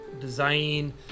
design